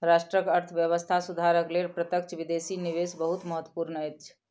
राष्ट्रक अर्थव्यवस्था सुधारक लेल प्रत्यक्ष विदेशी निवेश बहुत महत्वपूर्ण अछि